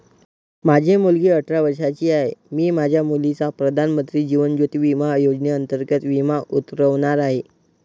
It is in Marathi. माझी मुलगी अठरा वर्षांची आहे, मी माझ्या मुलीचा प्रधानमंत्री जीवन ज्योती विमा योजनेअंतर्गत विमा उतरवणार आहे